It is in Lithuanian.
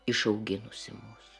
išauginusi mus